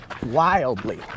Wildly